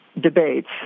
debates